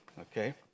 Okay